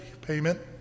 payment